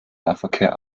nahverkehr